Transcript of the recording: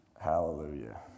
Hallelujah